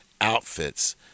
outfits